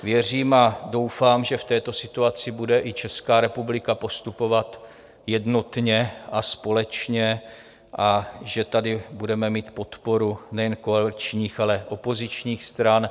Věřím a doufám, že v této situaci bude i Česká republika postupovat jednotně a společně a že tady budeme mít podporu nejen koaličních, ale i opozičních stran.